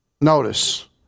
Notice